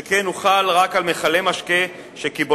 שכן הוא חל רק על מכלי משקה שקיבולתם